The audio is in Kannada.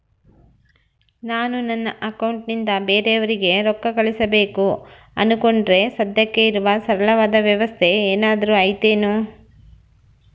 ನಾನು ನನ್ನ ಅಕೌಂಟನಿಂದ ಬೇರೆಯವರಿಗೆ ರೊಕ್ಕ ಕಳುಸಬೇಕು ಅಂದುಕೊಂಡರೆ ಸದ್ಯಕ್ಕೆ ಇರುವ ಸರಳವಾದ ವ್ಯವಸ್ಥೆ ಏನಾದರೂ ಐತೇನು?